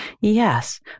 Yes